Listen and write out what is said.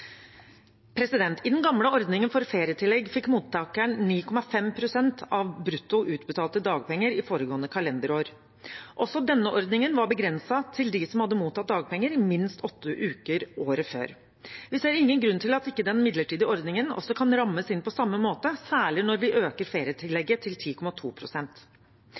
I den gamle ordningen for ferietillegg fikk mottakeren 9,5 pst. av brutto utbetalte dagpenger i foregående kalenderår. Også denne ordningen var begrenset til dem som hadde mottatt dagpenger i minst åtte uker året før. Vi ser ingen grunn til at ikke den midlertidige ordningen også kan rammes inn på samme måte, særlig når vi øker ferietillegget til